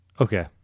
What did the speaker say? okay